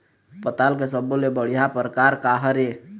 पताल के सब्बो ले बढ़िया परकार काहर ए?